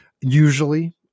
usually